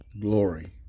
glory